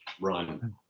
run